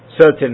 certain